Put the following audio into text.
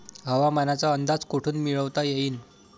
हवामानाचा अंदाज कोठून मिळवता येईन?